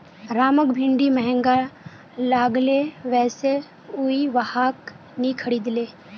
रामक भिंडी महंगा लागले वै स उइ वहाक नी खरीदले